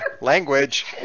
language